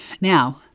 Now